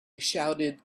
shouted